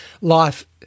life